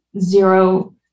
zero